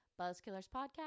buzzkillerspodcast